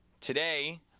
Today